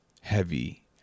heavy